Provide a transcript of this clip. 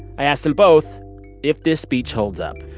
i ask them both if this speech holds up.